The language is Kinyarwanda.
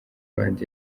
band